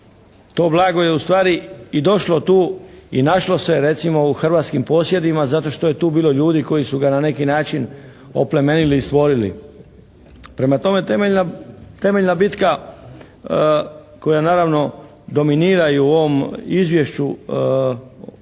to blago je ustvari i došlo tu i našlo se recimo u hrvatskim posjedima zato što je tu bilo ljudi koji su ga na neki način oplemenili i stvorili. Prema tome, temeljna bitka koja naravno dominira i u ovom izvješću kakvi